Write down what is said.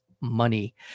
Money